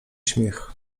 śmiech